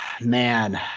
man